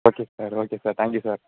okay sir okay sir thank you sir